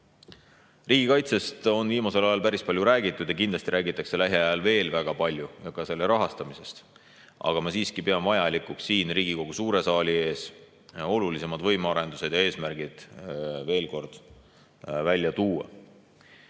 Riigikaitsest on viimasel ajal päris palju räägitud ja kindlasti räägitakse lähiajal veel väga palju, ka selle rahastamisest. Aga ma siiski pean vajalikuks siin Riigikogu suure saali ees olulisemad võimearendused ja eesmärgid veel kord välja tuua.